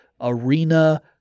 Arena